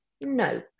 no